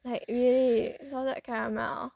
like really salted caramel